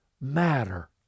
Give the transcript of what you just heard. matter